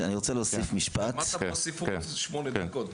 אני רוצה להוסיף משפט --- פה הוסיפו שמונה דקות.